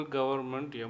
Government